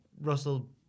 Russell